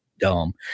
dumb